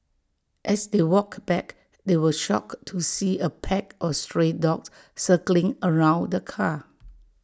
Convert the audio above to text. as they walked back they were shocked to see A pack of stray dogs circling around the car